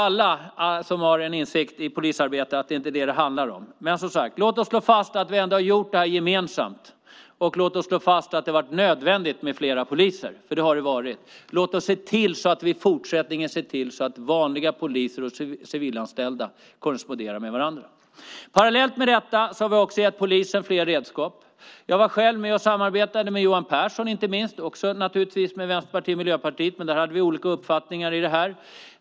Alla som har en insikt i polisarbetet förstår att det inte är detta det handlar om. Låt oss slå fast att vi ändå gjort det här gemensamt, och låt oss slå fast att det har varit nödvändigt med flera poliser, för det har det varit. Låt oss se till i fortsättningen att vanliga poliser och civilanställda korresponderar med varandra. Parallellt med detta har vi gett polisen fler redskap. Jag samarbetade själv med Johan Pehrson inte minst - naturligtvis också med Vänsterpartiet och Miljöpartiet, men vi hade olika uppfattningar - om det.